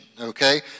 Okay